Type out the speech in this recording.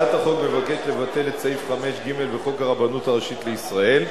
הצעת החוק מבקשת לבטל את סעיף 5(ג) בחוק הרבנות הראשית לישראל,